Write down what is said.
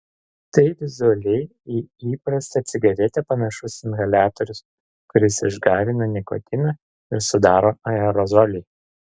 tai vizualiai į įprastą cigaretę panašus inhaliatorius kuris išgarina nikotiną ir sudaro aerozolį